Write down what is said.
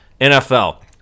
NFL